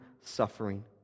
suffering